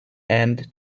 and